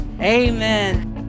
amen